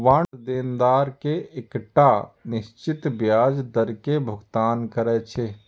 bond देनदार कें एकटा निश्चित ब्याज दर के भुगतान करै छै